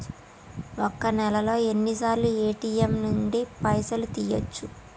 ఒక్క నెలలో ఎన్నిసార్లు ఏ.టి.ఎమ్ నుండి పైసలు తీయచ్చు?